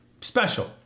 special